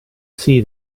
see